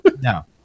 No